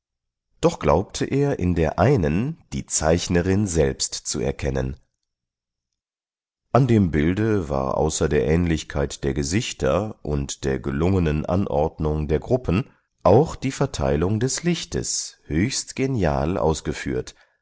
doch glaubte er in der einen die zeichnerin selbst zu erkennen an dem bilde war außer der ähnlichkeit der gesichter und der gelungenen anordnung der gruppen auch die verteilung des lichtes höchst genial ausgeführt